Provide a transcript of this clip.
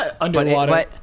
Underwater